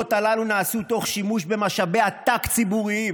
הפעולות הללו נעשו תוך שימוש במשאבי עתק ציבוריים,